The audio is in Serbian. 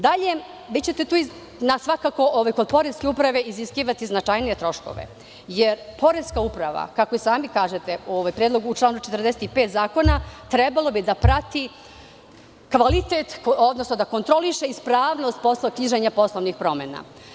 Dalje, vi ćete tu svakako kod poreske uprave iziskivati značajnije troškove jer poreska uprava, kako sami kažete, u članu 45. zakona, trebalo bi da prati kvalitet, odnosno da kontroliše ispravnost posla knjiženja poslovnih promena.